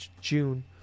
June